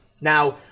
Now